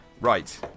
Right